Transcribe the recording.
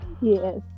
Yes